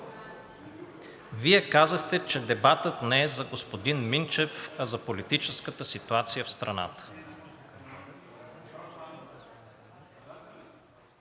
Вие казахте, че дебатът не е за господин Минчев, а за политическата ситуация в страната.